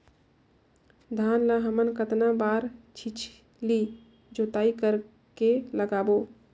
धान ला हमन कतना बार छिछली जोताई कर के लगाबो?